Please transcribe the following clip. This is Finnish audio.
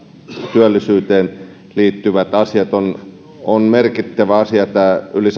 työllisyyteen liittyvät asiat on on merkittävä asia että on yli